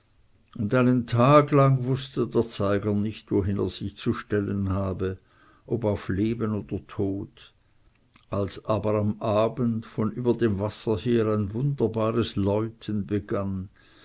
und einen tag lang wußte der zeiger nicht wohin er sich zu stellen habe ob auf leben oder tod als aber am abend von über dem wasser her ein wunderbares läuten begann